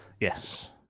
Yes